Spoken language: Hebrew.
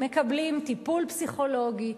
הם מקבלים טיפול פסיכולוגי.